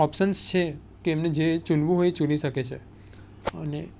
options છે કે એમને ચૂનવું હોય એ ચૂની શકે છે અને